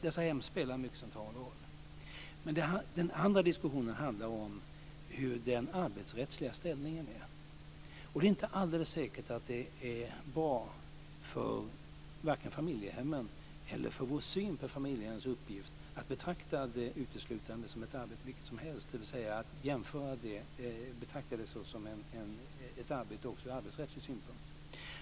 Dessa hem spelar en mycket central roll. Den andra gäller hur den arbetsrättsliga ställningen är. Det är inte alldeles säkert att det är bra, varken för familjehemmen eller för vår syn på familjehemmens uppgift, att betrakta detta uteslutande som ett arbete vilket som helst, dvs. att betrakta det som ett arbete också ur arbetsrättslig synpunkt.